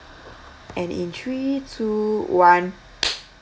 and in three two one